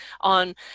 on